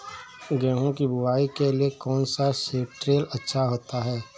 गेहूँ की बुवाई के लिए कौन सा सीद्रिल अच्छा होता है?